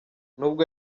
nubwo